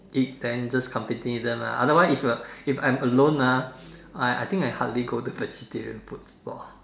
eat then just accompany them ah otherwise if I if I'm alone ah I think I hardly go to vegetarian food store